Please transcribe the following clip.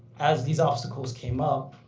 as these obstacles came up,